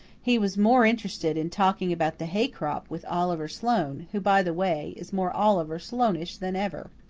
he was more interested in talking about the hay crop with oliver sloane who, by the way, is more oliver sloaneish than ever.